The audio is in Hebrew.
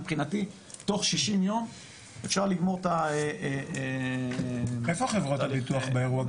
מבחינתי תוך 60 יום אפשר לגמור את ה- -- איפה חברות הביטוח באירוע,